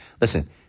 Listen